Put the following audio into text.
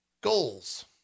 goals